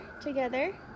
together